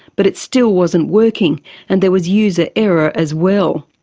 but it still wasn't working and there was user error as well.